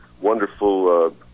wonderful